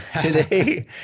today